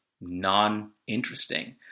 non-interesting